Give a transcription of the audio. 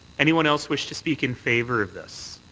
anyone else wish to speak in favour of this?